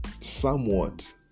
somewhat